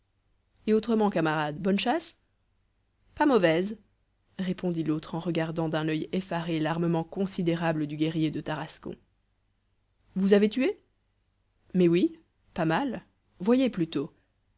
et autrement camarade bonne chasse pas mauvaise répondit l'autre en regardant d'un oeil effaré l'armement considérable du guerrier de tarascon page vous avez tué mais oui pas mal voyez plutôt